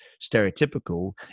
stereotypical